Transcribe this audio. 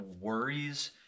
worries